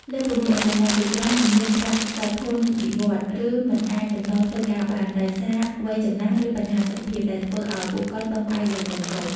លើសពីនេះ ឪពុកម្ដាយជាច្រើនមិនមានប្រាក់សោធននិវត្តន៍ ឬមិនអាចបន្តធ្វើការបាន ដោយសារវ័យចំណាស់ ឬបញ្ហាសុខភាព ដែលធ្វើឱ្យពួកគាត់ពឹងផ្អែកលើកូនៗ។